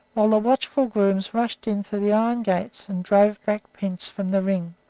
while the watchful grooms rushed in through the iron gates and drove black prince from the ring.